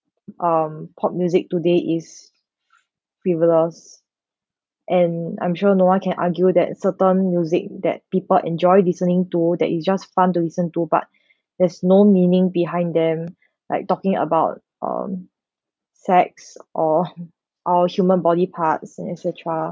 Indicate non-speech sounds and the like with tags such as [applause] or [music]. um pop music today is frivolous and I'm sure no one can argue that certain music that people enjoy listening to that is just fun to listen to but [breath] there's no meaning behind them like talking about um sex or [noise] our human body parts and et cetera